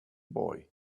boy